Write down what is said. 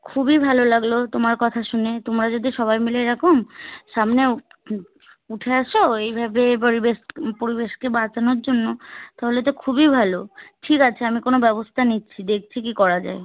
খুবই ভালো লাগলো তোমার কথা শুনে তোমরা যদি সবাই মিলে এরকম সামনে উঠে আসো এইভাবে পরিবেশ পরিবেশকে বাঁচানোর জন্য তাহলে তো খুবই ভালো ঠিক আছে আমি কোনো ব্যবস্থা নিচ্ছি দেখছি কী করা যায়